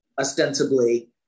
ostensibly